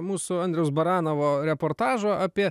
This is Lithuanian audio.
mūsų andriaus baranovo reportažo apie